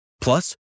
Plus